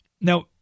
Now